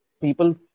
people